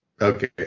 Okay